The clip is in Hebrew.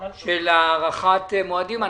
של הארכת מועדים.